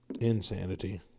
Insanity